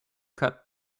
cut